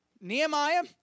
Nehemiah